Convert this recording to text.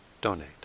donate